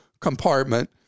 compartment